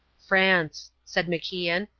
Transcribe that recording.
france, said macian,